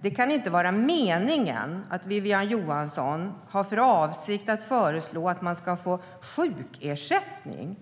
Det kan inte vara meningen att Wiwi-Anne Johansson har för avsikt att föreslå att man ska få sjukersättning